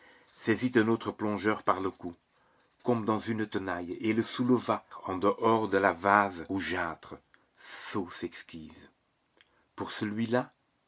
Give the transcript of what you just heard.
saisit un autre plongeur par le cou comme dans une tenaille et le soulevât en l'air en dehors de la vase rougeâtre sauce exquise pour celui-là